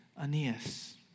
Aeneas